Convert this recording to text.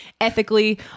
ethically